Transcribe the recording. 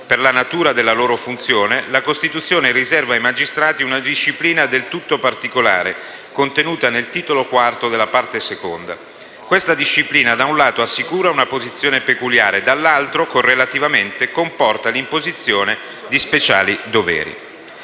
Per la natura della loro funzione, la Costituzione riserva ai magistrati una disciplina del tutto particolare, contenuta nel Titolo IV della Parte II: questa disciplina, da un lato, assicura una posizione peculiare, dall'altro, correlativamente, comporta l'imposizione di speciali doveri.